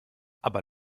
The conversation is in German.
aber